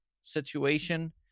situation